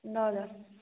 ल ल